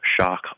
shock